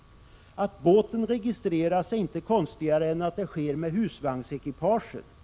Att båten registreras är inte konstigare än att husvagnsekipaget gör det.